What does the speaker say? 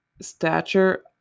stature